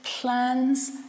plans